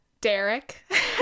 Derek